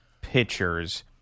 pitchers